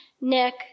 Nick